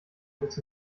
bis